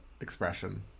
expression